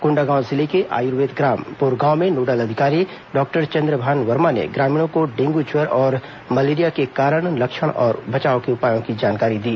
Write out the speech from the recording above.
कोंडागांव जिले के आयुर्वेद ग्राम बोरगांव में नोडल अधिकारी डॉक्टर चंद्रभान वर्मा ने ग्रामीणों को डेंगू ज्वर और मलेरिया के कारण लक्षण और बचाव के उपायों की जानकारी दी